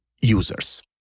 users